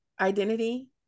identity